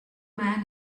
man